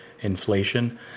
inflation